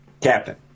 Captain